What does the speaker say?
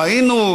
ראינו,